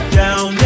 down